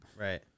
right